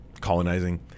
colonizing